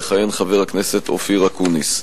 יכהן חבר הכנסת אופיר אקוניס.